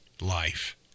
life